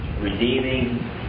redeeming